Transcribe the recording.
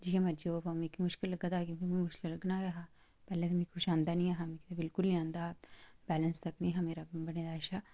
जि'यां मर्ज़ी होऐ कम्म क्योंकि मिगी ते मुश्कल लग्गा दा मुश्कल ते लग्गना गै ऐ हा पैह्लें ते मिगी किश आंदा गै नेईं हा बिल्कुल बी नेईं आंदा हा बैलेंस तक्कर नेईं हा बने दा मेरा अच्छा